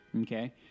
Okay